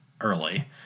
early